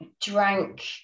drank